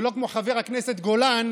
שלא כמו חבר הכנסת גולן,